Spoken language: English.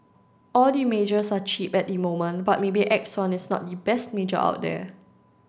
all the majors are cheap at the moment but maybe Exxon is not the best major out there